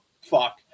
fuck